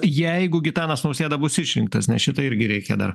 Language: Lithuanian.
jeigu gitanas nausėda bus išrinktas ne šitai irgi reikia dar